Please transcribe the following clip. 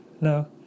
No